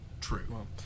true